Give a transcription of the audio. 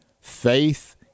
faith